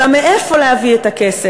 אלא על מאיפה להביא את הכסף.